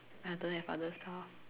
I don't have other stuff